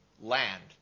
land